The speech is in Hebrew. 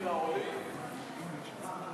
פיזיותרפיסט וקלינאי תקשורת ותיקים),